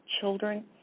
children